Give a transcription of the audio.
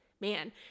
Man